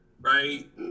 right